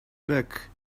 back